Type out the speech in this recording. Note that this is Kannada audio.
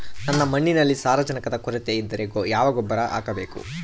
ನನ್ನ ಮಣ್ಣಿನಲ್ಲಿ ಸಾರಜನಕದ ಕೊರತೆ ಇದ್ದರೆ ಯಾವ ಗೊಬ್ಬರ ಹಾಕಬೇಕು?